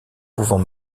pouvant